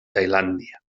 tailàndia